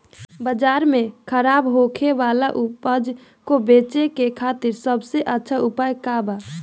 बाजार में खराब होखे वाला उपज को बेचे के खातिर सबसे अच्छा उपाय का बा?